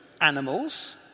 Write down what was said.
animals